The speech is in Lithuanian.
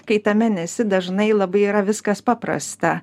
kai tame nesi dažnai labai yra viskas paprasta